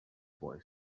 boy